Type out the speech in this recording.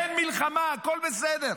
אין מלחמה, הכול בסדר,